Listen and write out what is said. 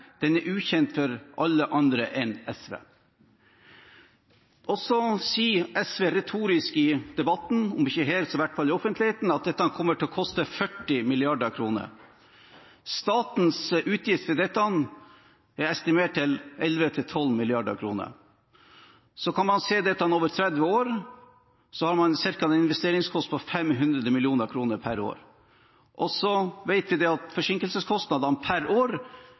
Den regnemodellen som SV opererer med, er ukjent for alle andre enn SV. Så sier SV retorisk i debatten – om ikke her, så i hvert fall i offentligheten – at dette kommer til å koste 40 mrd. kr. Statens utgifter til dette er estimert til 11–12 mrd. kr. Så kan man se dette over 30 år, og da har man en investeringskostnad på ca. 500 mill. kr per år. Vi vet at forsinkelseskostnadene per år